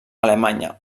alemanya